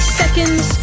seconds